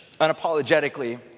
unapologetically